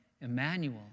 Emmanuel